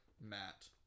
Matt